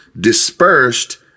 dispersed